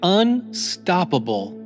unstoppable